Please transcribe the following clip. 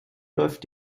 läuft